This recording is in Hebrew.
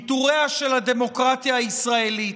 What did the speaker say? פיטוריה של הדמוקרטיה הישראלית.